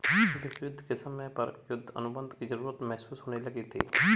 विश्व युद्ध के समय पर युद्ध अनुबंध की जरूरत महसूस होने लगी थी